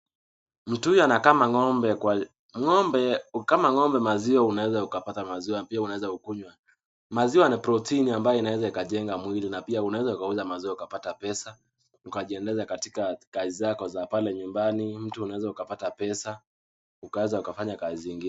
Mtu huyu anakama ng'ombe, ng'ombe kukama ng'ombe maziwa unaweza ukapata maziwa, pia unaeza kukunywa. Maziwa ni protini ambayo inaweza ikajenga mwili na pia unaweza ukauza maziwa ukapata pesa, ukajiendeleza katika kazi zako za pale nyumbani, mtu unaweza ukapata pesa ukaweza ukafanya kazi ingine.